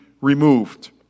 removed